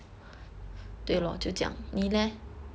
!wah!